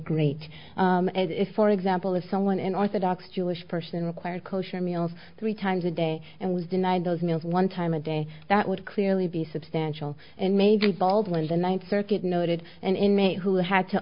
great if for example if someone in an orthodox jewish person required kosher meals three times a day and was denied those meals one time a day that would clearly be substantial and maybe baldwin the ninth circuit noted an inmate who had to